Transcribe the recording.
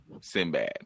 Sinbad